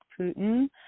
Putin